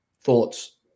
Thoughts